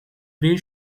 bee